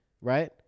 right